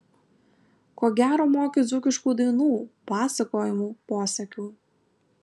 ko gero moki dzūkiškų dainų pasakojimų posakių